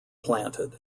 planted